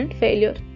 failure